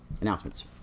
announcements